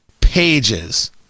pages